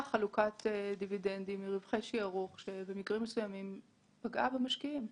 חלוקת דיבידנדים מערכי שערוך וזה פגע במשקיעים.